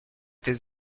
tes